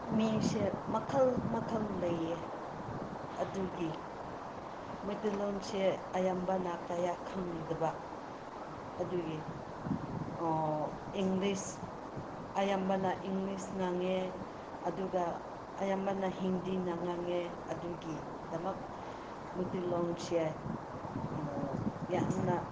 ꯃꯤꯁꯦ ꯃꯈꯜ ꯃꯈꯜ ꯂꯩꯌꯦ ꯑꯗꯨꯒꯤ ꯃꯩꯇꯩꯂꯣꯟꯁꯦ ꯑꯌꯥꯝꯕꯅ ꯀꯌꯥ ꯈꯪꯗꯕ ꯑꯗꯨꯒꯤ ꯏꯪꯂꯤꯁ ꯑꯌꯥꯝꯕꯅ ꯏꯪꯂꯤꯁ ꯉꯥꯡꯉꯦ ꯑꯗꯨꯒ ꯑꯌꯥꯝꯕꯅ ꯍꯤꯟꯗꯤꯅ ꯉꯥꯡꯉꯦ ꯑꯗꯨꯒꯤꯗꯃꯛ ꯃꯩꯇꯩꯂꯣꯟꯁꯦ ꯌꯥꯝꯅ